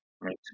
right